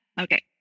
Okay